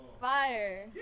Fire